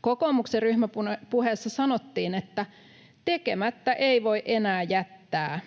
Kokoomuksen ryhmäpuheessa sanottiin, että tekemättä ei voi enää jättää.